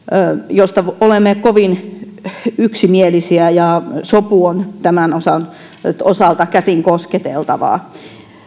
josta olemme kovin yksimielisiä ja sopu on tämän osalta käsin kosketeltavaa